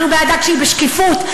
אנחנו בעדה כשהיא בשקיפות,